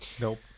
nope